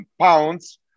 pounds